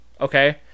okay